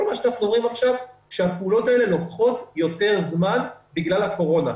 אנחנו רואים עכשיו שהפעולות האלה לוקחות יותר זמן בגלל הקורונה,